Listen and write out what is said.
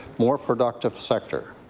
more productive sector,